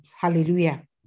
Hallelujah